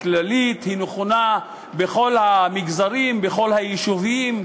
כללית ונכונה בכל המגזרים ובכל היישובים,